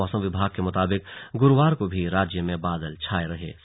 मौसम विभाग के मुताबिक गुरुवार को भी राज्य में बादल छाए रहेंगे